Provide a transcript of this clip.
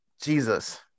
Jesus